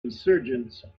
insurgents